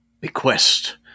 bequest